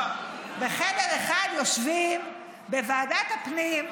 בחדר אחד יושבים בוועדת הפנים,